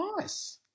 Nice